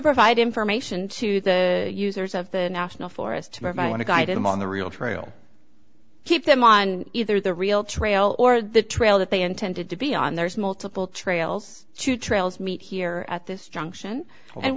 provide information to the users of the national forest to provide any guide him on the real trouble keep them on either the real trail or the trail that they intended to be on there's multiple trails two trails meet here at this junction and